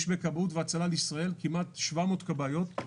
יש בכבאות והצלה לישראל כמעט 700 כבאיות.